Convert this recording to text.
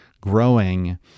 growing